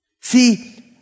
See